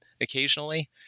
occasionally